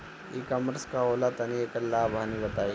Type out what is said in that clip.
ई कॉमर्स का होला तनि एकर लाभ हानि बताई?